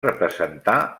representar